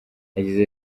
yagize